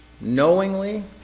knowingly